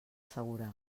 segura